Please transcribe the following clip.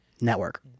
Network